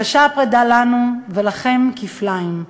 קשה הפרידה לנו, ולכם כפליים.